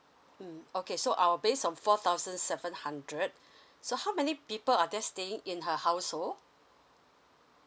mm okay so I will based on four thousand seven hundred so how many people are there staying in her household